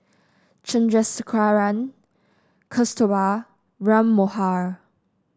Chandrasekaran Kasturba Ram Manohar